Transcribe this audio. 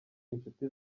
inshuti